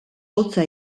hotza